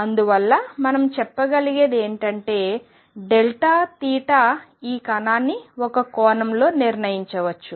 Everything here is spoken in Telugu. అందువల్ల మనం చెప్పగలిగేది ఏమిటంటే ఈ కణాన్ని ఒక కోణంలో నిర్ణయించవచ్చు